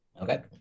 okay